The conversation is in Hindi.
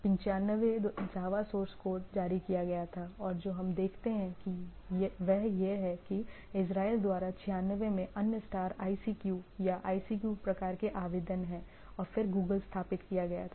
95 जावा सोर्स कोड जारी किया गया था और जो हम देखते हैं वह यह है कि इज़राइल द्वारा 96 में अन्य स्टार ICQ या ICQ प्रकार के आवेदन हैं और फिर Google स्थापित किया गया था